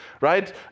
Right